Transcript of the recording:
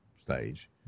stage